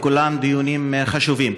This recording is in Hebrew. וכולם דיונים חשובים.